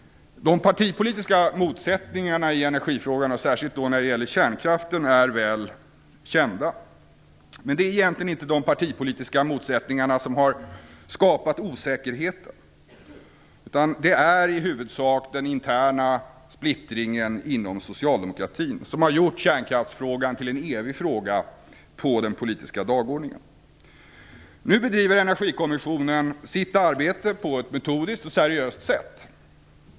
De partipolitiska motsättningarna i energifrågan, särskilt när det gäller kärnkraften, är väl kända. Det är egentligen inte de partipolitiska motsättningarna som har skapat osäkerheten, utan det är i huvudsak den interna splittringen inom socialdemokratin som har gjort kärnkraftsfrågan till en evig fråga på den politiska dagordningen. Nu bedriver Energikommissionen sitt arbete på ett metodiskt och seriöst sätt.